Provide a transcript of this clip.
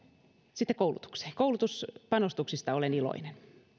sitten koulutukseen koulutuspanostuksista olen iloinen